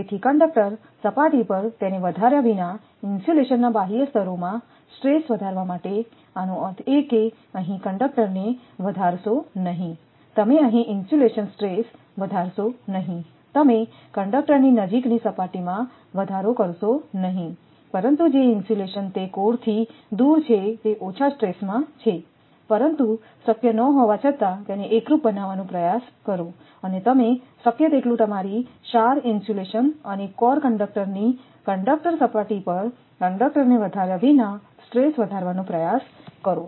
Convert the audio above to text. તેથી કંડક્ટર સપાટી પર તેને વધાર્યા વિના ઇન્સ્યુલેશનના બાહ્ય સ્તરોમાં સ્ટ્રેસ વધારવા માટે આનો અર્થ એ કે અહીં કંડક્ટરને વધારશો નહીં તમે અહીં ઇન્સ્યુલેશન સ્ટ્રેસ વધારશો નહીં તમે કંડક્ટરની નજીકની સપાટીમાં વધારો કરશો નહિ પરંતુ જે ઇન્સ્યુલેશન તે કોરથી દૂર છે તે ઓછા સ્ટ્રેસ માં છે પરંતુ શક્ય ન હોવા છતાં તેને એકરૂપ બનાવવાનો પ્રયાસ કરો અને તમે શક્ય તેટલું તમારી શાર ઇન્સ્યુલેશન અને કોર કંડક્ટરની કંડક્ટર સપાટી પર કંડક્ટરને વધાર્યા વિના સ્ટ્રેસ વધારવાનો પ્રયાસ કરો